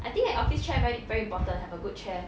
I think that office chair very very important have a good chair